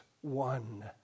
one